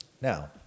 Now